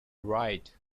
ride